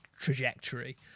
trajectory